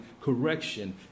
correction